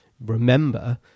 Remember